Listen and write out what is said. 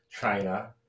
China